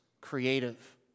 creative